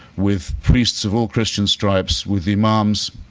with priests of all christian stripes, with imams.